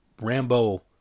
Rambo